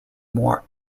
more